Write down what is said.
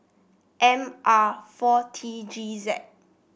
M R four T G Z